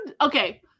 okay